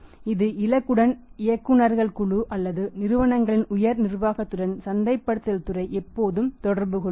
இது இலக்குடன் இயக்குனர்கள் குழு அல்லது நிறுவனங்களின் உயர் நிர்வாகத்துடன் சந்தைப்படுத்தல் துறை எப்போதும் தொடர்புகொள்ளும்